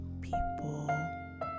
people